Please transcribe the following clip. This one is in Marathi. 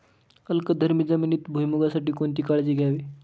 अल्कधर्मी जमिनीत भुईमूगासाठी कोणती काळजी घ्यावी?